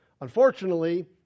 Unfortunately